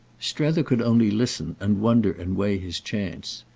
strether could only listen and wonder and weigh his chance.